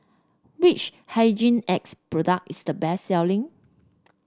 which Hygin X product is the best selling